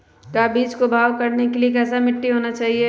का बीज को भाव करने के लिए कैसा मिट्टी होना चाहिए?